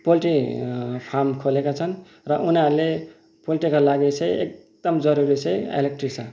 poultry farm खोलेका छन् र उनीहरूले पोल्ट्रीका लागि चाहिँ एकदम जरूरी चाहिँ इलेक्ट्रिसिटी छ